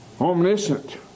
omniscient